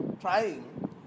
trying